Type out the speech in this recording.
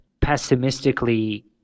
pessimistically